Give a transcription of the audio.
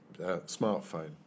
smartphone